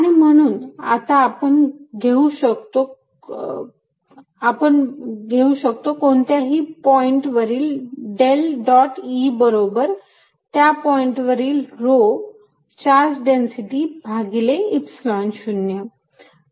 आणि म्हणून आता आपण घेऊ शकतो कोणत्याही पॉईंट वरील डेल डॉट E बरोबर त्या पॉईंट वरील rho चार्ज डेन्सिटी भागिले epsilon 0